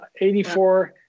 84